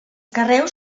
carreus